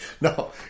No